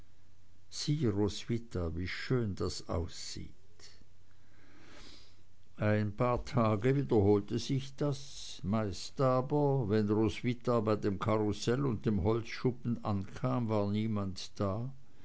sieh roswitha wie schön das aussieht ein paar tage wiederholte sich das meist aber wenn roswitha bei dem karussell und dem holzschuppen ankam war niemand da